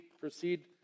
proceed